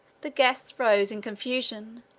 the guests rose in confusion,